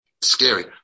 Scary